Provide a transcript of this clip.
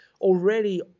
already